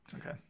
Okay